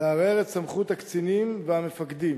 תערער את סמכות הקצינים והמפקדים,